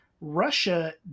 Russia